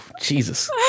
Jesus